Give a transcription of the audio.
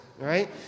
right